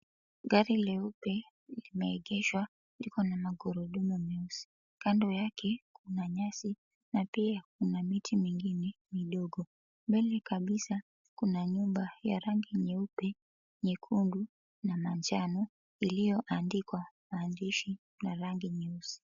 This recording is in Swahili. Gari leupe limeegeshwa liko na magurudumu meusi kando yake kuna nyasi na pia kuna miti mingine midogo. Mbele kabisa kuna nyumba ya rangi nyeupe, nyekundu na manjano iliyoandikwa maandishi ya meusi.